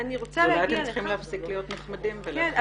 אולי אתם צריכים להפסיק להיות נחמדים ולהתחיל להטיל.